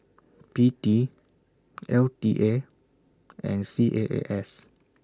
P T L T A and C A A S